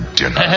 dinner